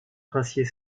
princier